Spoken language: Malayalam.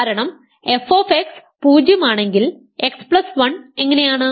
കാരണം f 0 ആണെങ്കിൽ x1 എങ്ങനെയാണ്